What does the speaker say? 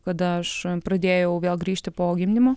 kada aš pradėjau vėl grįžti po gimdymo